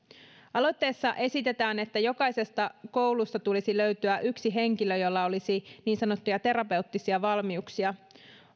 aloitteessa esitetään että jokaisesta koulusta tulisi löytyä yksi henkilö jolla olisi niin sanottuja terapeuttisia valmiuksia